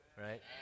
Right